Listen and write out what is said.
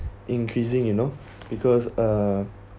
increasing you know because uh